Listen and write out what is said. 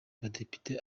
badepite